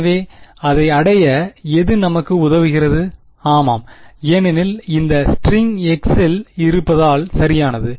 எனவே அதை அடைய எது நமக்கு உதவுகிறது ஆமாம் ஏனெனில் இந்த ஸ்ட்ரிங் x இல் இருப்பதால் சரியானது